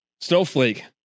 snowflake